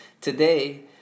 today